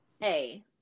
Hey